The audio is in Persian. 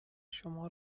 شما